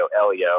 Elio